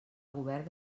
govern